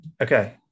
Okay